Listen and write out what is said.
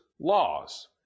laws